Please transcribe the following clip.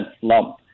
slump